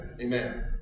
Amen